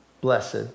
blessed